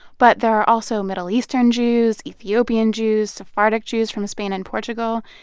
but there are also middle eastern jews, ethiopian jews, sephardic jews from spain and portugal,